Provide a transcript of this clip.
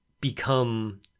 become